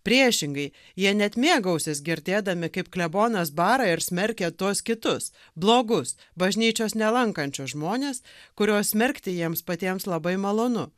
priešingai jie net mėgausis girdėdami kaip klebonas barai ir smerkia tuos kitus blogus bažnyčios nelankančius žmonės kuriuos smerkti jiems patiems labai malonu